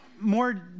more